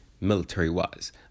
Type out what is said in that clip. military-wise